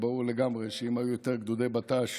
ברור לגמרי שאם היו יותר גדודי בט"ש